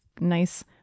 nice